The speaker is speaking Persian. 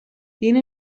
دین